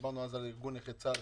דיברנו אז על ארגון נכי צה"ל,